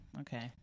okay